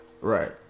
Right